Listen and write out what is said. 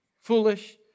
Foolish